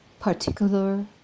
particular